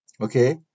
okay